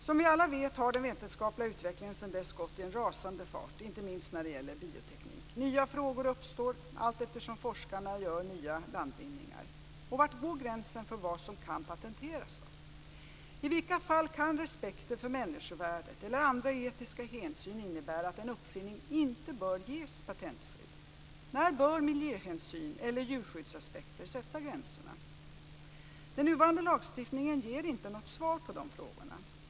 Som vi alla vet har den vetenskaplig utvecklingen sedan dess gått i en rasande fart, inte minst när det gäller bioteknik. Nya frågor uppstår allteftersom forskarna gör nya landvinningar. Var går då gränserna för vad som kan patenteras? I vilka fall kan respekten för människovärdet eller andra etiska hänsyn innebära att en uppfinning inte bör ges patentskydd? När bör miljöhänsyn eller djurskyddsaspekter sätta gränserna? Den nuvarande lagstiftningen ger inte något svar på de frågorna.